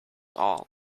all